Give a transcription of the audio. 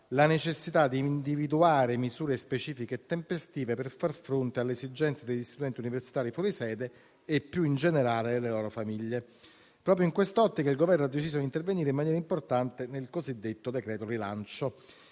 la necessità di individuare misure specifiche e tempestive per far fronte alle esigenze degli studenti universitari fuori sede e, più in generale, delle loro famiglie. Proprio in quest'ottica, il Governo ha deciso di intervenire in maniera importante nel cosiddetto decreto-legge rilancio.